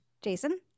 Jason